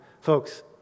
Folks